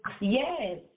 Yes